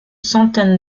centaine